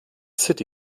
city